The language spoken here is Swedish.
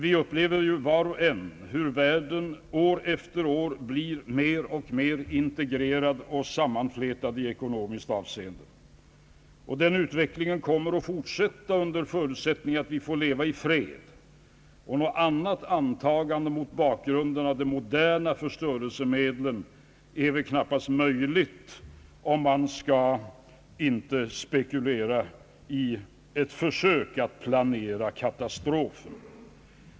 Var och en upplever hur världen år för år blir mer och mer integrerad och sammanflätad i ekonomiskt avseende. Den utvecklingen kommer att fortsätta under förutsättning att vi får leva i fred — och något annat antagande mot bakgrund av de moderna förstörelsemedlen är väl knappast möjligt, om man inte skall spekulera i ett försök att planera katastrofer.